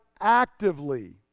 actively